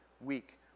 week